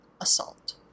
Assault